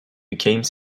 became